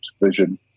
vision